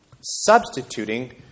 Substituting